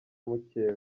mukeba